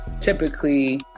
typically